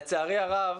לצערי הרב,